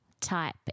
type